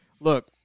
look